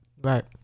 Right